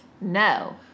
no